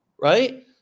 right